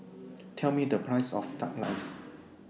Tell Me The Price of Duck Rice